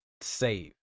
save